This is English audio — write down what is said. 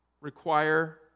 require